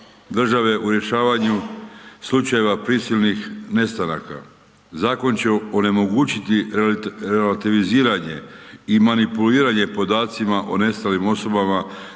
država u rješavanju slučajeva prisilnih nestanaka. Zakon će onemogućiti relativiziranje i manipuliranje podacima o nestalim osobama